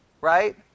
right